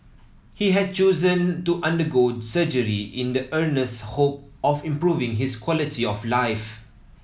he had chosen to undergo surgery in the earnest hope of improving his quality of life